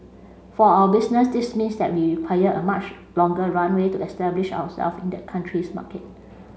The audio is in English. for our business this means that we require a much longer runway to establish ourselves in that country's market